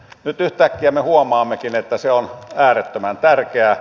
nyt yhtäkkiä me huomaammekin että se on äärettömän tärkeä